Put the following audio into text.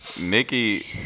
Nikki